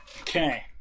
Okay